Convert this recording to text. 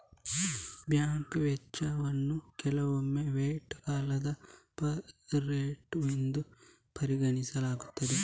bank ವಂಚನೆಯನ್ನು ಕೆಲವೊಮ್ಮೆ white collar ಅಪರಾಧವೆಂದು ಪರಿಗಣಿಸಲಾಗುತ್ತದೆ